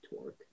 torque